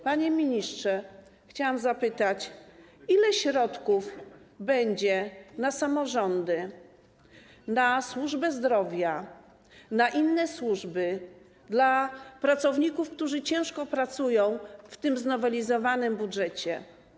Panie ministrze, chciałam zapytać, ile środków będzie na samorządy, służbę zdrowia i inne służby, dla pracowników, którzy ciężko pracują, w tym znowelizowanym budżecie?